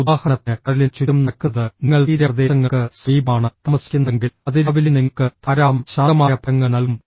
ഉദാഹരണത്തിന് കടലിന് ചുറ്റും നടക്കുന്നത് നിങ്ങൾ തീരപ്രദേശങ്ങൾക്ക് സമീപമാണ് താമസിക്കുന്നതെങ്കിൽ അതിരാവിലെ നിങ്ങൾക്ക് ധാരാളം ശാന്തമായ ഫലങ്ങൾ നൽകും